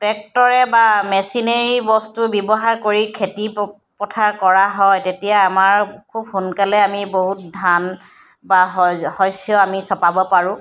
টেক্টৰে বা মেচিনেৰী বস্তু ব্যৱহাৰ কৰি খেতি পথাৰ কৰা হয় তেতিয়া আমাৰ খুব সোনকালে আমি বহুত ধান বা শস্য আমি চপাব পাৰোঁ